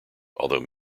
although